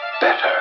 better